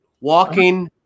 walking